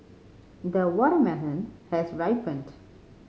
the watermelon has ripened